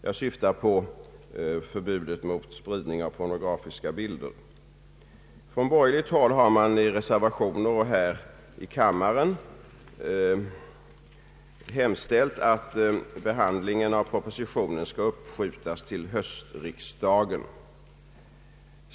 Jag syftar på förbudet mot spridning av pornografiska bilder. Från borgerligt håll har i reservationer och här i kammaren hemställts att behandlingen av propositionen skall uppskjutas till höstriksdagen.